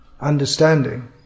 understanding